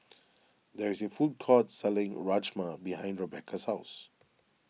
there is a food court selling Rajma behind Rebeca's house